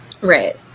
Right